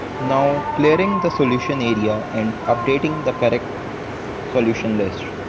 now clearing the solution area and updating the correct solution list.